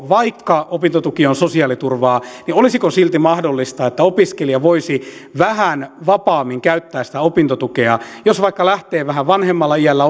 vaikka opintotuki on sosiaaliturvaa niin olisiko silti mahdollista että opiskelija voisi vähän vapaammin käyttää sitä opintotukea jos vaikka lähtee vähän vanhemmalla iällä